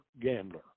gambler